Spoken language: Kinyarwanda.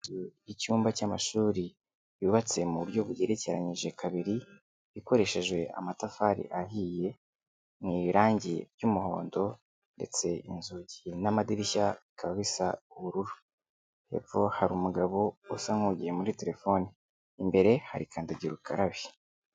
Icyumba cy'amashuri cyubatse mu buryo bugerekeranije kabiri, ikoresheje amatafari ahiye, mu irangi ry'umuhondo, ndetse inzugi n'amadirishya bikaba bisa ubururu. Hepfo hari umu umugabo usa nk'uhugiye muri telefone. Imbere hari kandagira ukarabe.